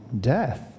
Death